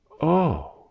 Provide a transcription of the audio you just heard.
Oh